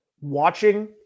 watching